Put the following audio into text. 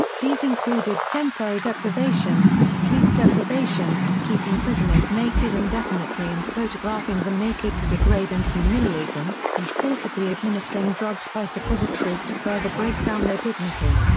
these included sensory deprivation, sleep deprivation, keeping prisoners naked indefinitely and photographing them naked to degrade and humiliate them, and forcibly administering drugs by suppositories to further break down their dignity.